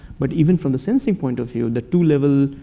but even from the sensing point of view, the two level,